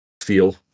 feel